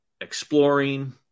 exploring